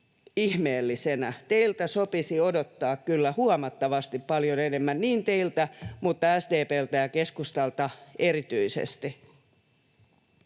Teiltä sopisi odottaa kyllä huomattavasti paljon enemmän, niin teiltä kuin SDP:ltä ja keskustalta erityisesti.